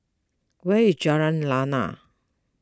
where is Jalan Lana